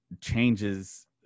changes